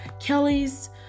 Kelly's